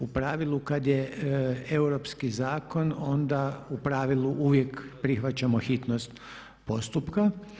U pravilu kad je europski zakon onda u pravilu uvijek prihvaćamo hitnost postupka.